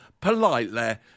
politely